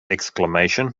exclamation